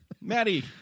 maddie